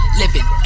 living